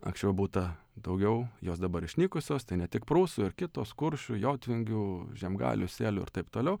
anksčiau būta daugiau jos dabar išnykusios tai ne tik prūsų ir kitos kuršių jotvingių žiemgalių sėlių ir taip toliau